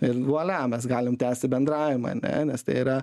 ir vuolia mes galim tęsti bendravimą ane nes tai yra